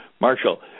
Marshall